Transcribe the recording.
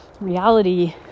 reality